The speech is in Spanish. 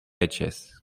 eches